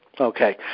Okay